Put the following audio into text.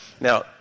Now